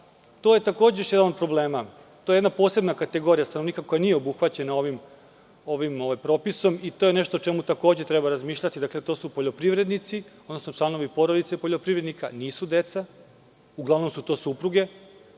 To je takođe još jedan od problema. To je jedna posebna kategorija stanovnika koja nije obuhvaćena ovim propisom i to je nešto o čemu treba razmišljati. To su poljoprivrednici, odnosno članovi porodica poljoprivredna, nisu deca. Uglavnom su to supruge